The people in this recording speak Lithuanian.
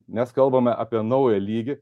nes kalbame apie naują lygį